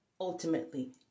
ultimately